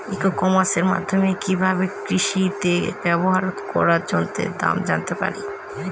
ই কমার্সের মাধ্যমে কি ভাবে কৃষিতে ব্যবহার করা যন্ত্রের দাম জানতে পারি?